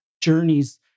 journeys